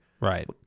Right